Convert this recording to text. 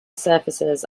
surfaces